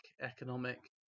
economic